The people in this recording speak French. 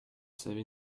savez